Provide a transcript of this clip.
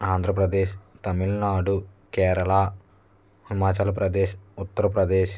Andhra Pradesh Tamil Nadu Kerala Himachal Pradesh Uttar Pradesh